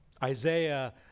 Isaiah